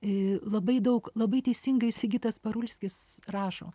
labai daug labai teisingai sigitas parulskis rašo